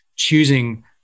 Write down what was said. choosing